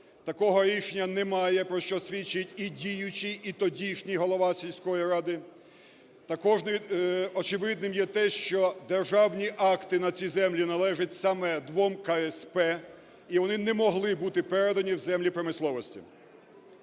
Такого рішення немає, про що свідчить і діючий, і тодішній голова сільської ради. Також очевидним є те, що державні акти на ці землі належать саме двом КСП, і вони не могли бути передати в землі промисловості.